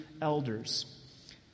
elders